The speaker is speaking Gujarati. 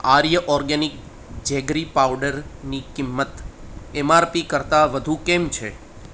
આર્ય ઓર્ગેનિક જેગરી પાવડરની કિંમત એમઆરપી કરતાં વધુ કેમ છે